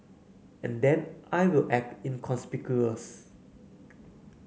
and then I will act inconspicuous